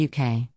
UK